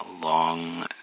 long